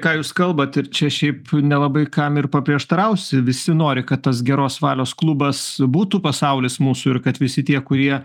ką jūs kalbat ir čia šiaip nelabai kam ir paprieštarausi visi nori kad tas geros valios klubas būtų pasaulis mūsų ir kad visi tie kurie